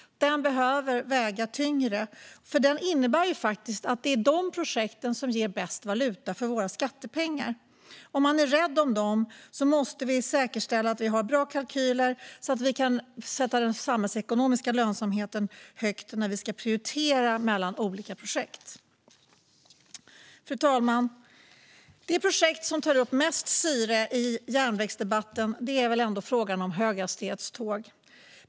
Den behöver väga tyngre, för den visar vilka projekt som ger bäst valuta för våra skattepengar. Om vi är rädda om dem måste vi säkerställa att vi har bra kalkyler så att vi kan sätta den samhällsekonomiska lönsamheten högt när vi ska prioritera mellan olika projekt. Fru talman! Det projekt som tar upp mest syre i järnvägsdebatten är väl ändå frågan om höghastighetståg.